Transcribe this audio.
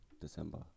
December